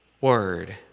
word